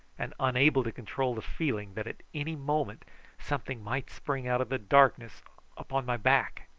and unable to control the feeling that at any moment something might spring out of the darkness upon my back.